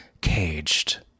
caged